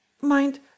mind